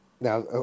now